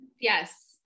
Yes